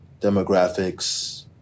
demographics